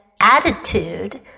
attitude